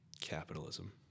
capitalism